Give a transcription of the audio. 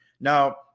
Now